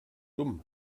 dumm